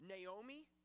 Naomi